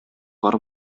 бар